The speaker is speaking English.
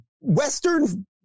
Western